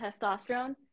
testosterone